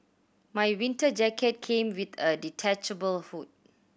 my winter jacket came with a detachable hood